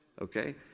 okay